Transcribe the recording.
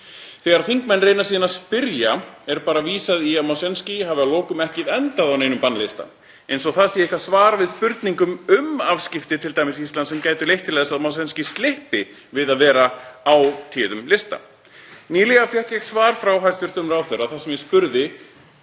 Þegar þingmenn reyna síðan að spyrja er bara vísað í að Mosjenskí hafi að lokum ekki endað á neinum bannlista eins og það sé eitthvert svar við spurningum um afskipti t.d. Íslands sem gætu leitt til þess að Mosjenskí slyppi við að vera á téðum lista. Nýlega fékk ég svar frá hæstv. ráðherra þar sem ég spurði